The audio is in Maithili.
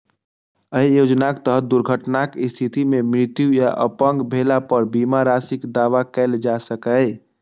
अय योजनाक तहत दुर्घटनाक स्थिति मे मृत्यु आ अपंग भेला पर बीमा राशिक दावा कैल जा सकैए